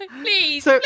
Please